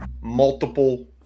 multiple –